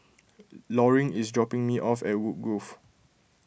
Loring is dropping me off at Woodgrove